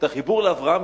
את החיבור לאברהם,